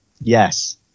Yes